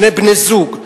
שני בני-זוג,